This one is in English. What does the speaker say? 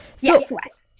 yes